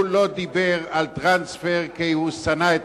הוא לא דיבר על טרנספר כי הוא שנא את